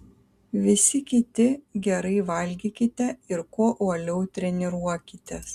visi kiti gerai valgykite ir kuo uoliau treniruokitės